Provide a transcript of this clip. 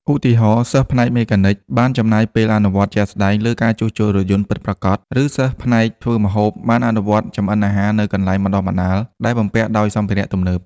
ឧទាហរណ៍ សិស្សផ្នែកមេកានិកបានចំណាយពេលអនុវត្តជាក់ស្តែងលើការជួសជុលរថយន្តពិតប្រាកដ ឬសិស្សផ្នែកធ្វើម្ហូបបានអនុវត្តចម្អិនអាហារនៅកន្លែងបណ្តុះបណ្តាលដែលបំពាក់ដោយសម្ភារៈទំនើប។